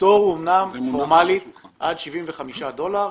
הפטור הוא אמנם עד 75 דולר,